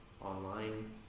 online